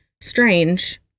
strange